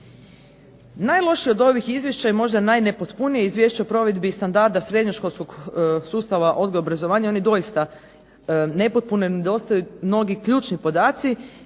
Najlošije od ovih izvješća je možda i najnepotpunije Izvješće o provedbi standarda srednjoškolskog sustava odgoja i obrazovanja on je doista nepotpun, nedostaju brojni ključni podaci.